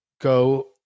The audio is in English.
go